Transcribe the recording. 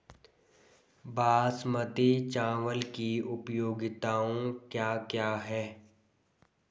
बासमती चावल की उपयोगिताओं क्या क्या हैं?